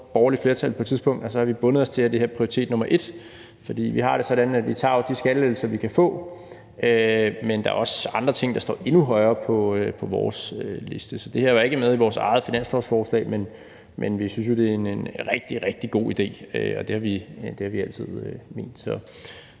borgerligt flertal på et tidspunkt, så har vi bundet os til, at det her er prioritet nummer et. For vi har det sådan, at vi tager de skattelettelser, vi kan få, men der er også andre ting, der står endnu højere på vores liste. Så det her var ikke med i vores eget finanslovsforslag, men vi synes jo, det er en rigtig, rigtig god idé, og det har vi altid ment.